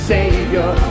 Savior